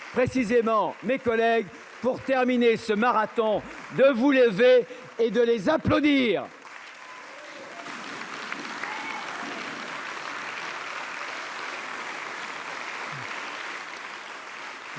Précisément, mes collègues pour terminer ce marathon de vous lever et de les applaudir.